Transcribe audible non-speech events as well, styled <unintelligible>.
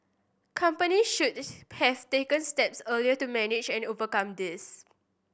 company should <unintelligible> have taken steps early to managed and overcome this